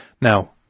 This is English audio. Now